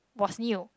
was new